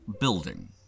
building